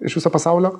iš viso pasaulio